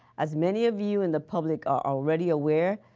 as many of you in the public are already aware,